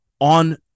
on